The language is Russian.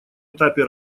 этапе